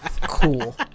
Cool